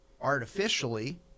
artificially